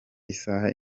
isaha